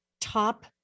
top